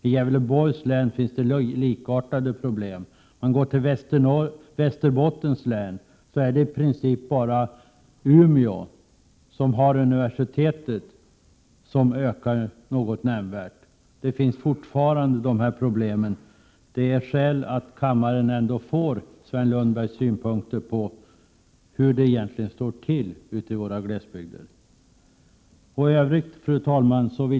I Gävleborgs län finns det likartade problem och i Västerbottens län är det i princip bara Umeå, som har ett universitet, som befolkningen ökar nämnvärt. Det finns dock fortfarande problem. Därför finns det skäl att kammaren får ta del av Sven Lundbergs synpunkter på hur det egentligen står till ute i våra glesbygder. Fru talman!